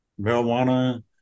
marijuana